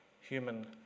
human